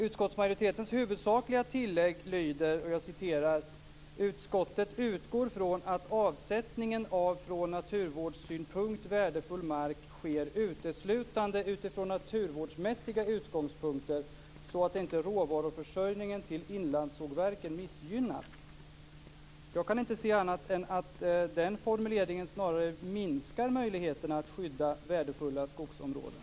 "Utskottet utgår från att avsättningen av från naturvårdssynpunkt värdefull mark sker uteslutande utifrån naturvårdsmässiga utgångspunkter så att inte råvaruförsörjningen till inlandssågverken missgynnas." Jag kan inte se annat än att den formuleringen snarare minskar möjligheterna att skydda värdefulla skogsområden.